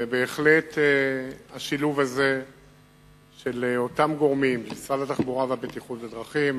ובהחלט השילוב הזה של אותם גורמים: משרד התחבורה והבטיחות בדרכים,